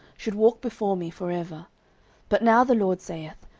should walk before me for ever but now the lord saith,